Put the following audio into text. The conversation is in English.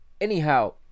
anyhow